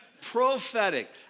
Prophetic